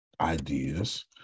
ideas